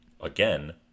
Again